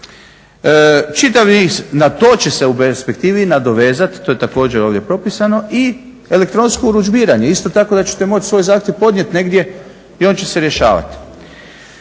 Čitav niz na to će u perspektivi nadovezati, to je također ovdje propisano i elektronsko urudžbiranje isto tako da ćete moći svoj zahtjev podnijeti negdje i on će se rješavati.